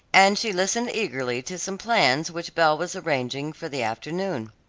and she listened eagerly to some plans which belle was arranging for the afternoon.